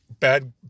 Bad